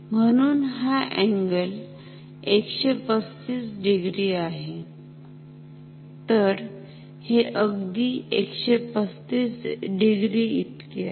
म्हणून हा angle 135 degree आहे तर हे अगदी 135 डिग्री इतके आहे